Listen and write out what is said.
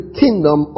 kingdom